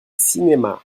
cinéma